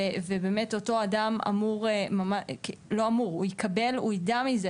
ואותו אדם יקבל והוא ידע מזה